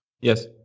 Yes